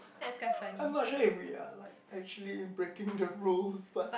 um I'm not sure if we are like actually breaking the rules but